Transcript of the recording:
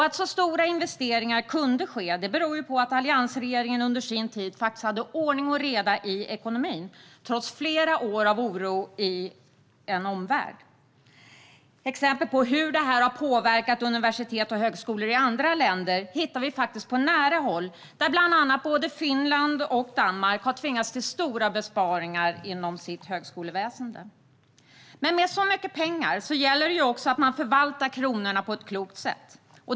Att så stora investeringar kunde ske berodde på att alliansregeringen under sin tid faktiskt hade ordning och reda i ekonomin, trots flera år av oro i omvärlden. Exempel på hur detta har påverkat universitet och högskolor i andra länder hittar vi faktiskt på nära håll, där bland andra Finland och Danmark har tvingats till stora besparingar inom sitt högskoleväsen. Men med så mycket pengar gäller det också att man förvaltar kronorna på ett klokt sätt.